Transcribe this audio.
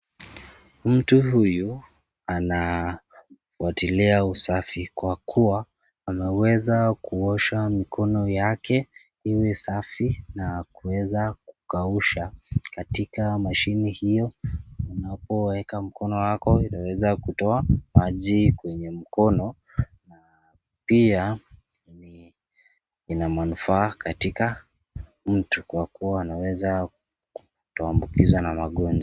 Mtu huyu anafuatilia usafi kwa kuwa anaweza kuosha mikono yake iwe safi na kuweza kukausha katika machine hiyo unapoweka mkono wako unaweza kutoa maji kwenye mkono, pia inamanufaa katika mtu kwa kuwa anaweza kuambukiswa na magomjwa.